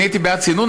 אני הייתי בעד צינון.